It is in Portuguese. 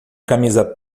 camisa